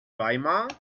weimar